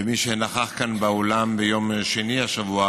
ומי שנכח כאן באולם ביום שני השבוע